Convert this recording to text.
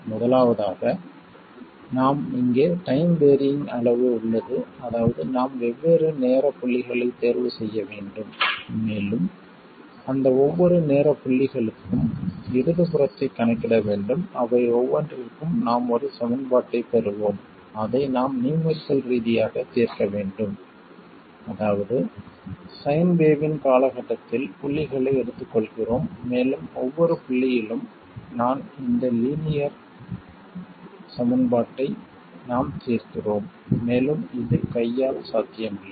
முதலாவதாக நாம் இங்கே டைம் வேறியிங் அளவு உள்ளது அதாவது நாம் வெவ்வேறு நேரப் புள்ளிகளைத் தேர்வு செய்ய வேண்டும் மேலும் அந்த ஒவ்வொரு நேரப் புள்ளிகளுக்கும் இடது புறத்தைக் கணக்கிட வேண்டும் அவை ஒவ்வொன்றிற்கும் நாம் ஒரு சமன்பாட்டைப் பெறுவோம் அதை நாம் நியூமெரிக்கல் ரீதியாக தீர்க்க வேண்டும் அதாவது சைன் வேவ்வின் காலகட்டத்தில் புள்ளிகளை எடுத்துக்கொள்கிறோம் மேலும் ஒவ்வொரு புள்ளியிலும் இந்த நான் லீனியர் சமன்பாட்டை நாம் தீர்க்கிறோம் மேலும் இது கையால் சாத்தியமில்லை